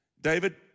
David